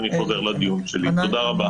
תודה רבה.